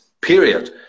period